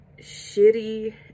shitty